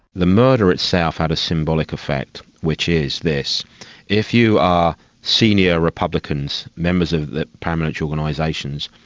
the murder itself had a symbolic effect, which is this if you are senior republicans, members of the paramilitary organisations,